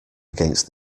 against